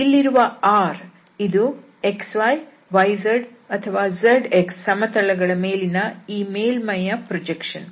ಇಲ್ಲಿರುವ R ಇದು xy yz zx ಸಮತಲಗಳ ಮೇಲೆ ಈ ಮೇಲ್ಮೈಯ ಪ್ರೊಜೆಕ್ಷನ್